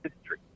History